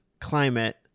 climate